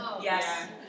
Yes